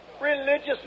Religious